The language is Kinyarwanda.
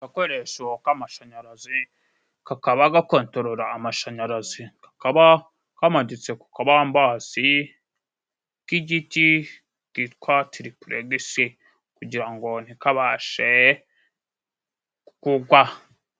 Agakoresho k'amashanyarazi kakaba gakontorora amashanyarazi kakaba kamaditse ku kambasi k'igiti kitwa tiripuregisi, kugirango ntikabashe kugwa.